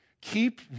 Keep